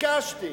ביקשתי